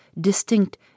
distinct